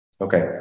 Okay